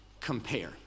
compare